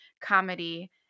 comedy